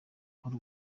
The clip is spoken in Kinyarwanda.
aho